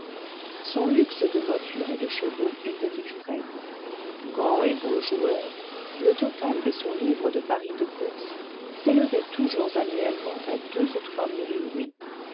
son luxe de voiture et de chevaux était extrême grand et beau joueur le total de son livre de paris de course s'élevait toujours annuellement à deux ou trois mille louis